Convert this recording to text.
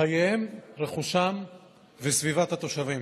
חייהם, רכושם וסביבת התושבים,